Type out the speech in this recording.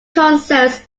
concerts